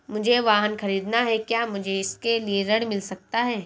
मुझे वाहन ख़रीदना है क्या मुझे इसके लिए ऋण मिल सकता है?